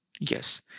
Yes